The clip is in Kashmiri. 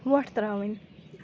وۄٹھ ترٛاوٕنۍ